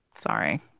Sorry